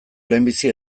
lehenbizi